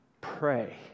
pray